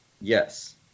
Yes